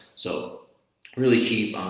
so really cheap.